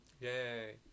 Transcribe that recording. yay